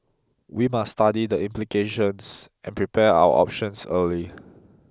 we must study the implications and prepare our options early